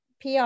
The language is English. PR